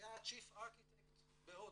היה chief architect בהודו.